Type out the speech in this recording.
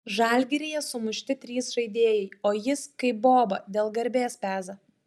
žalgiryje sumušti trys žaidėjai o jis kaip boba dėl garbės peza